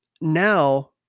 now